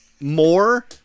more